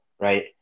right